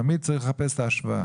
תמיד צריך לחפש את ההשוואה.